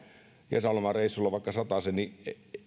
kesälomareissulla vaikka satasen niin